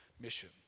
mission